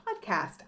podcast